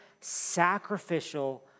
sacrificial